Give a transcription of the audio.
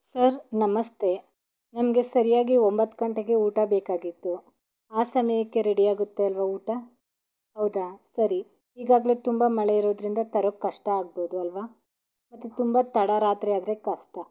sir ನಮಸ್ತೆ ನಮಗೆ ಸರಿಯಾಗಿ ಒಂಬತ್ತು ಗಂಟೆಗೆ ಊಟ ಬೇಕಾಗಿತ್ತು ಆ ಸಮಯಕ್ಕೆ ರೆಡಿ ಆಗುತ್ತೆ ಅಲ್ಲವಾ ಊಟ ಹೌದಾ ಸರಿ ಈಗಾಗಲೇ ತುಂಬ ಮಳೆ ಇರೋದರಿಂದ ತರೋಕ್ಕೆ ಕಷ್ಟ ಆಗ್ಬೋದು ಅಲ್ಲವಾ ಮತ್ತು ತುಂಬ ತಡರಾತ್ರಿ ಆದರೆ ಕಷ್ಟ